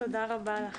תודה רבה לך.